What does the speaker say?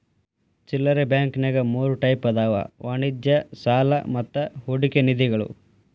ಚಿಲ್ಲರೆ ಬಾಂಕಂನ್ಯಾಗ ಮೂರ್ ಟೈಪ್ ಅದಾವ ವಾಣಿಜ್ಯ ಸಾಲಾ ಮತ್ತ ಹೂಡಿಕೆ ನಿಧಿಗಳು